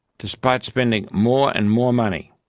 despite spending more and more money,